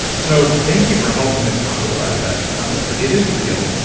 so thank you for helping to popularize that concept, because it is real.